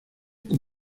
con